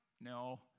No